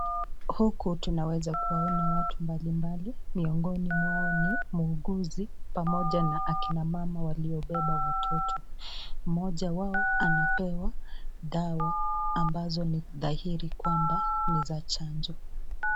Huku tunaweza kuona watu mbalimbali miongoni mwao ni muuguzi pamoja na akina mama waliobeba watoto. Mmoja wao anapewa dawa ambazo ni dhairi kwamba ni za chanjo.